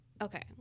Okay